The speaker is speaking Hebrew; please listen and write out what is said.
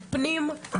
רות,